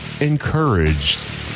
encouraged